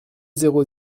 zéro